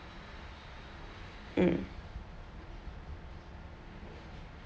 mm